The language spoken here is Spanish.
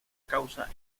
causa